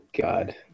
God